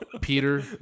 Peter